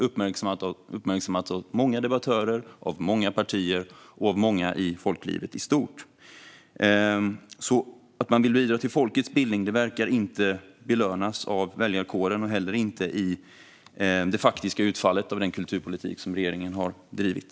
Det har uppmärksammats av många debattörer, av många partier och av många i folklivet i stort. Att man vill bidra till folkets bildning verkar inte belönas av väljarkåren och inte heller i det faktiska utfallet av den kulturpolitik som regeringen har drivit.